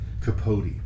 Capote